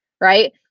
right